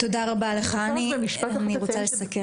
אני רוצה לציין במשפט אחד,